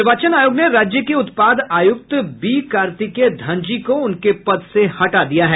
निर्वाचन आयोग ने राज्य के उत्पाद आयुक्त बी कार्तिकेय धनजी को उनके पद से हटा दिया है